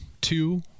two